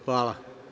Hvala.